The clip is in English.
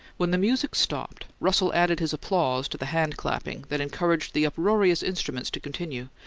when the music stopped, russell added his applause to the hand-clapping that encouraged the uproarious instruments to continue,